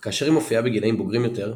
אך כאשר היא מופיעה בגילאים בוגרים יותר,